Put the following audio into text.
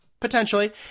Potentially